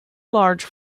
large